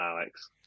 Alex